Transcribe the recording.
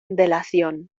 delación